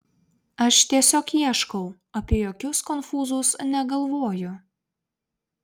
aš tiesiog ieškau apie jokius konfūzus negalvoju